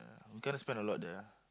I kinda spend a lot of there ah